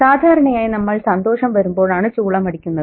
സാധാരണയായി നമ്മൾ സന്തോഷം വരുമ്പോഴാണ് ചൂളമടിക്കുന്നത്